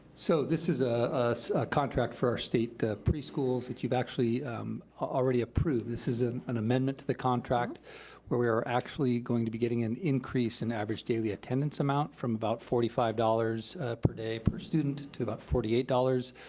so this is ah a contract for our state preschools that you've actually already approved. this is an an amendment to the contract where we are actually going to be getting an increase in average daily attendance amount from about forty five dollars per day per student to about forty eight dollars,